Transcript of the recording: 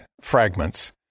Fragments